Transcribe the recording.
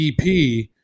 EP